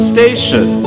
Station